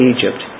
Egypt